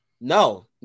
No